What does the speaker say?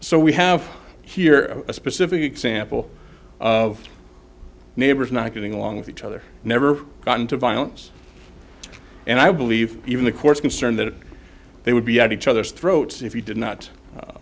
so we have here a specific example of neighbors not getting along with each other never gotten to violence and i believe even the courts concerned that they would be at each other's throats if you did not